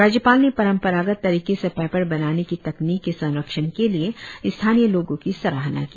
राज्यपाल ने परंपरागत तरीके से पेपर बनाने की तकनीक के संरक्षण के लिए स्थानीय लोगों की सराहना की